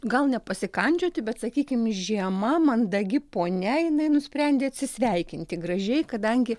gal nepasikandžioti bet sakykim žiema mandagi ponia jinai nusprendė atsisveikinti gražiai kadangi